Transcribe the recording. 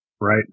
right